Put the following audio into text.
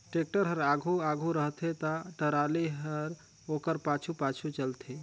tractor हर आघु आघु रहथे ता टराली हर ओकर पाछू पाछु चलथे